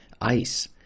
ice